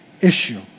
issue